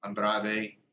Andrade